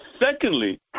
Secondly